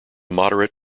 moderate